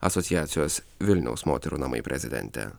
asociacijos vilniaus moterų namai prezidentė